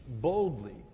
boldly